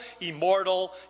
immortal